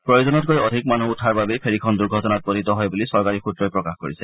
প্ৰয়োজনতকৈ অধিক মানুহ উঠাৰ বাবেই ফেৰীখন দুৰ্ঘটনাত পতিত হয় বুলি চৰকাৰী সূত্ৰই প্ৰকাশ কৰিছে